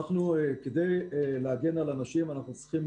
כדי להגן על הנשים, אנחנו צריכים